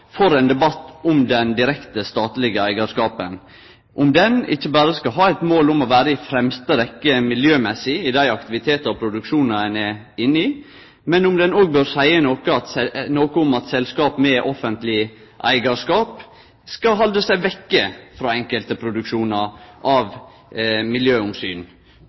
for ein debatt som går på om den direkte statlege eigarskapen ikkje berre skal ha eit mål om å vere i fremste rekkje miljømessig i dei aktivitetane og produksjonane ein er inne i, men om han også bør seie noko om at selskap med offentleg eigarskap bør halde seg vekk frå enkelte produksjonar av miljøomsyn,